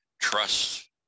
trust